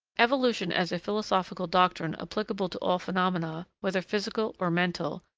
evolution as a philosophical doctrine applicable to all phenomena, whether physical or mental,